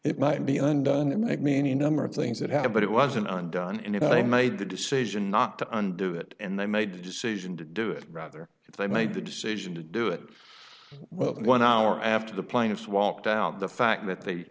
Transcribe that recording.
it might be undone that make me any number of things that happen but it wasn't undone and if i made the decision not to undo it and they made the decision to do it rather if they made the decision to do it one hour after the plaintiffs walked out the fact that they